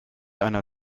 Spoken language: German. einer